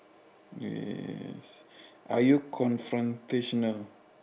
yes are you confrontational